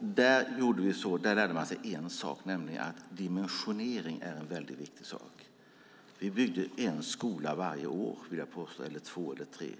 Där lärde man sig en sak, nämligen att dimensionering är en viktig sak. Jag vill påstå att vi byggde en skola varje år, eller två eller tre.